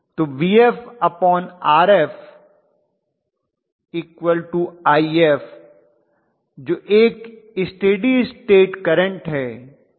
तो VfRfIf जो एक स्टेडी स्टेट करंट है